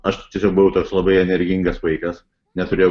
aš tiesiog buvau toks labai energingas vaikas neturėjau